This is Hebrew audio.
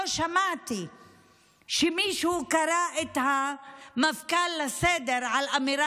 לא שמעתי שמישהו קרא את המפכ"ל לסדר על אמירה